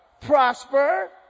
Prosper